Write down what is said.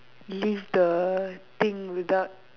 leave the thing without